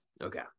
Okay